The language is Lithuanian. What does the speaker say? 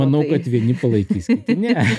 manau kad vieni palaikysi kiti ne